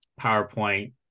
PowerPoint